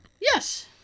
Yes